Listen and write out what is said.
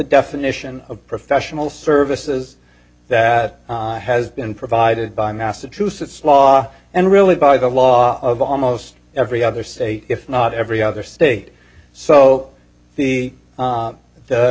definition of professional services that has been provided by massachusetts law and really by the law of almost every other say if not every other state so the